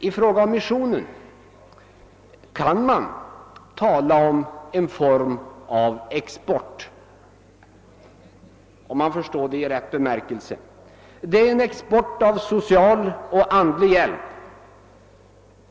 I fråga om missionen kan man tala om en form av export, om man förstår det i rätt bemärkelse. Det är en export av social och andlig hjälp.